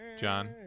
john